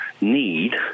need